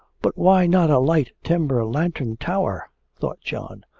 but why not a light timber lantern tower thought john.